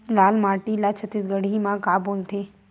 लाल माटी ला छत्तीसगढ़ी मा का बोलथे?